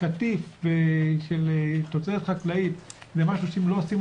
קטיף של תוצרת חקלאית זה משהו שאם לא עושים